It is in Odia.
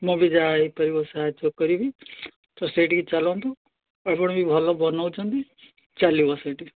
ମୁଁ ବି ଯାହା ହେଇପାରିବ ସାହାଯ୍ୟ କରିବି ତ ସେଇଠିକି ଚାଲନ୍ତୁ ଆପଣ ବି ଭଲ ବନଉଛନ୍ତି ଚାଲିବ ସେଇଠି